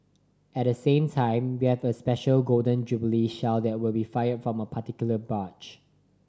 at the same time we have a special Golden Jubilee Shell that will be fired from one particular barge